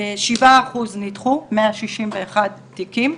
שבעה אחוזים נדחו, 161 תיקים.